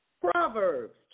Proverbs